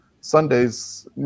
Sunday's